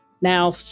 now